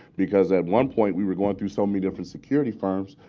because at one point, we were going through so many different security firms,